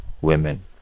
women